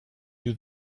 you